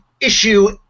issue